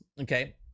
okay